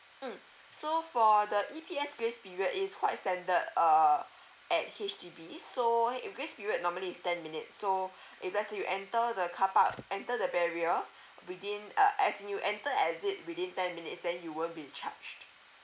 mm so for the E_P_S grace period is quite standard uh at H_D_B so had your grace period normally is ten minutes so if let say you enter the carpark enter the barrier within uh as in you enter exit within ten minutes then you won't be charged